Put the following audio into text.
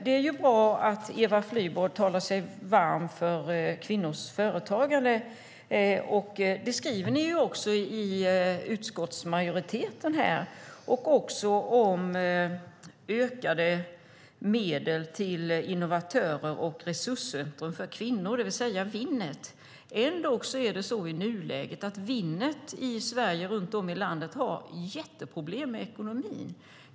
Det är ju bra att Eva Flyborg talar sig varm för kvinnors företagande - om detta skriver också utskottsmajoriteten och om ökade medel till innovatörer och resurscentrum för kvinnor, det vill säga Winnet. Ändå har Winnet runt om i landet i nuläget jätteproblem med ekonomin.